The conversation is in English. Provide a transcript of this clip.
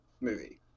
movie